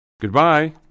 Goodbye